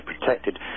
protected